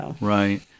Right